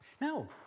Now